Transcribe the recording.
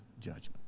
judgment